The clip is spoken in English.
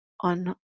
on